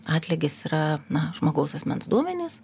atlygis yra na žmogaus asmens duomenys